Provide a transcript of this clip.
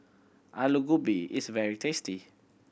Aloo Gobi is very tasty